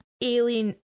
alien